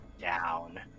down